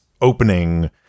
opening